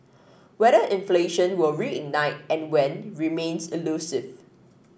whether inflation will reignite and when remains elusive